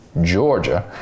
Georgia